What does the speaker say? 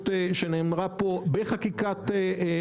ואני מקבל את הפרשנות שנאמרה פה בחקיקת חוק